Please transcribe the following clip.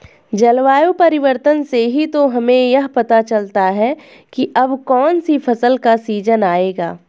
जलवायु परिवर्तन से ही तो हमें यह पता चलता है की अब कौन सी फसल का सीजन आयेगा